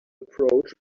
approach